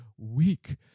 weak